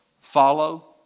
Follow